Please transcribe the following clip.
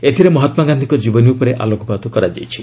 ଏଥିରେ ମହାତ୍କାଗାନ୍ଧିଙ୍କ ଜୀବନୀ ଉପରେ ଆଲୋକପାତ କରାଯାଇଛି